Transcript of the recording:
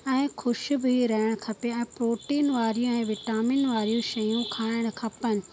ऐं ख़ुशि बि रहणु खपे ऐं खपे प्रोटीन वारी विटामिन वारी शयूं खाइणु खपनि